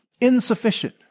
insufficient